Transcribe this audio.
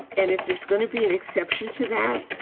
and if there's going to be an exception to that,